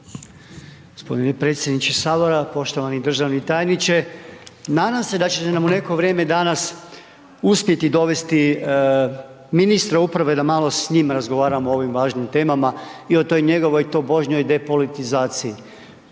G. predsjedniče Sabora, poštovani državni tajniče. Nadam se da ćete nam u neko vrijeme danas uspjeti dovesti ministra uprave da malo s njim razgovaramo o ovim važnim temama i o toj njegovoj tobožnjoj depolitizaciji.